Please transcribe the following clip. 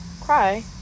cry